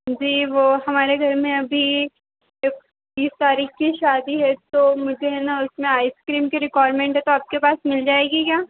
जी वह हमारे घर में अभी तीस तारीख़ की शादी है तो मुझे है ना उसमें आइस क्रीम की रिक्वारमेंट है तो आपके पास मिल जाएगी क्या